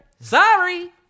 Sorry